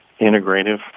integrative